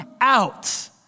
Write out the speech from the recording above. out